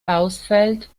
ausfällt